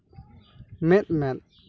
ᱢᱮᱫᱼᱢᱮᱫ